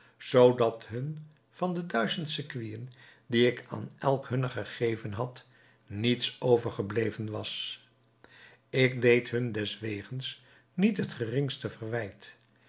zoodat hun van de duizend sequinen die ik aan elk hunner gegeven had niets overgebleven was ik deed hun deswegens niet het geringste verwijt